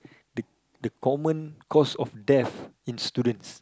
the the common cause of death in students